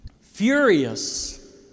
Furious